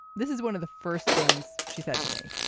this is one of the first things she said to me.